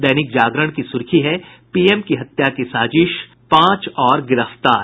दैनिक जागरण की सुर्खी है पीएम की हत्या की साजिश पांच और गिरफ्तार